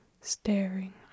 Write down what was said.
staring